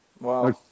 Wow